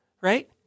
right